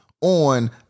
on